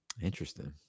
Interesting